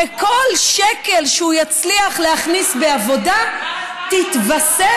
וכל שקל שהוא יצליח להכניס בעבודה יתווסף